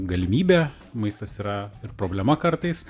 galimybė maistas yra ir problema kartais